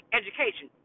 education